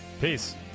Peace